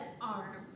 arm